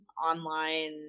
online